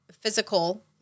physical